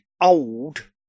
old